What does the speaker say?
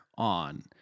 on